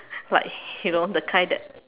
like you know the kind that